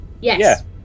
Yes